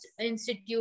institute